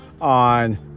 on